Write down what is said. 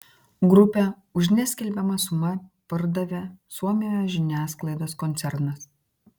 grupę už neskelbiamą sumą pardavė suomijos žiniasklaidos koncernas